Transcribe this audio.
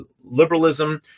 liberalism